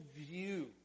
view